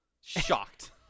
Shocked